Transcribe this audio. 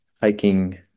hiking